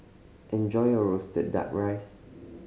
enjoy your roasted Duck Rice